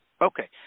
Okay